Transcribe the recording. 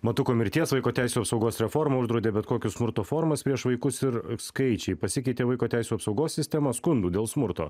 matuko mirties vaiko teisių apsaugos reforma uždraudė bet kokius smurto formas prieš vaikus ir skaičiai pasikeitė vaiko teisių apsaugos sistema skundų dėl smurto